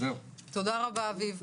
תודה רבה אביב.